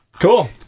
Cool